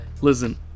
Listen